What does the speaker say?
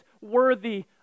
worthy